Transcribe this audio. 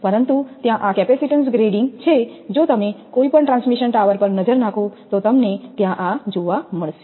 પરંતુ ત્યાં આ કેપેસિટેન્સ ગ્રેડિંગ છે જો તમે કોઈપણ ટ્રાન્સમિશન ટાવર પર નજર નાખો તો તમને ત્યાં આ જોવા મળશે